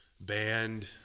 band